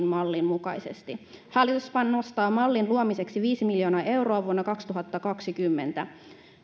mallin mukaisesti hallitus panostaa mallin luomiseksi viisi miljoonaa euroa vuonna kaksituhattakaksikymmentä